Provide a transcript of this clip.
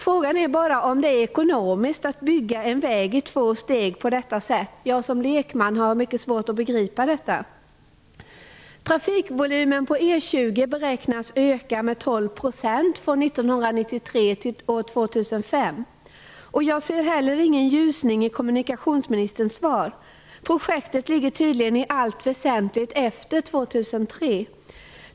Frågan är bara om det är ekonomiskt att bygga en väg i två steg på detta sätt. Jag har som lekman mycket svårt att begripa detta. från 1993 till 2005. Jag ser heller ingen ljusning i kommunikationsministerns svar. Projektet ligger tydligen i allt väsentligt efter 2003.